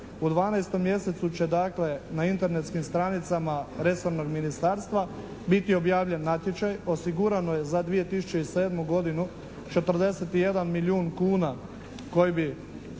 mjesecu će dakle na internetskim stranicama resornog ministarstva biti objavljen natječaj, osigurano je za 2007. godinu 41 milijun kuna koji bi